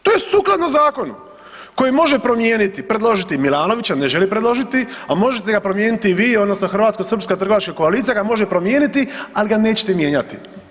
To je sukladno zakonu koji može promijeniti, predložiti Milanović, ali ne želi predložiti, a možete ga promijeniti i vi odnosno hrvatsko srpska trgovačka koalicija ga može promijeniti, ali ga nećete mijenjati.